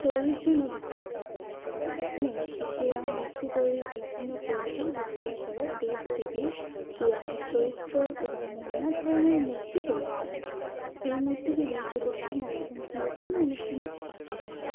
তৈরির জন্য বিখ্যাত এখানে শিল্পীরা মূর্তি তৈরির বিভিন্ন কৌশল ব্যবহার করে দেব দেবী পুরাণের চরিত্র এবং নানা ধরনের মূর্তি তৈরি করেন এই মূর্তিগুলি পুজোর সময় এবং বিভিন্ন অনুষ্ঠানে ব্যবহৃত হয়